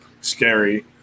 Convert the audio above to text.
scary